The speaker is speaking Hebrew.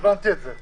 הבנתי את זה.